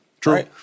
True